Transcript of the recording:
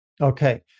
Okay